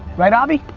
right avi?